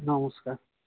ନମସ୍କାର